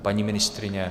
Paní ministryně?